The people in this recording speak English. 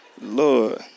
Lord